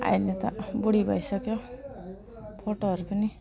अहिले त बुढी भइसकेँ फोटोहरू पनि